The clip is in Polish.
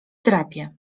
drapie